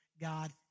God